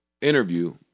interview